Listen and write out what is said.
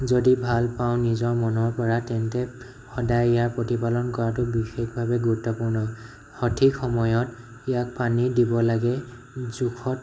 যদি ভাল পাওঁ নিজৰ মনৰ পৰা তেন্তে সদায় ইয়াৰ প্ৰতিপালন কৰাটো বিশেষভাৱে গুৰুত্বপূৰ্ণ সঠিক সময়ত ইয়াত পানী দিব লাগে জোখত